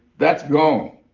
that's gone.